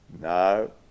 No